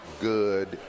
good